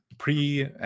pre